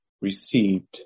received